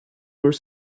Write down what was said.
were